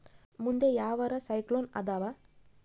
ಮುಂದೆ ಯಾವರ ಸೈಕ್ಲೋನ್ ಅದಾವ?